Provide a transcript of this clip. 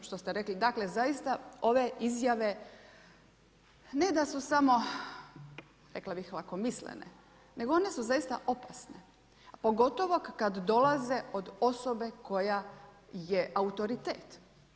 Da, ovo je, što ste rekli dakle zaista ove izjave ne da su samo rekla bih lakomislene nego one su zaista opasne pogotovo kada dolaze od osobe koja je autoritet.